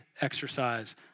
exercise